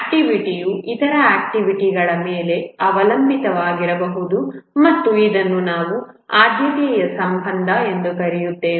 ಆಕ್ಟಿವಿಟಿಯು ಇತರಆಕ್ಟಿವಿಟಿಗಳು ಮೇಲೆ ಅವಲಂಬಿತವಾಗಿರಬಹುದು ಮತ್ತು ಇದನ್ನು ನಾವು ಆದ್ಯತೆಯ ಸಂಬಂಧ ಎಂದು ಕರೆಯುತ್ತೇವೆ